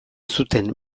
zuten